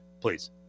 Please